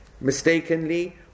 mistakenly